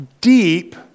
deep